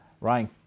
Ryan